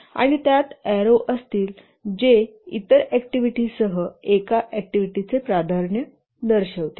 आणि त्यात एरो असतील जे इतर अॅक्टिव्हिटीसह एका अॅक्टिव्हिटीचे प्राधान्य दर्शवतील